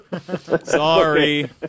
Sorry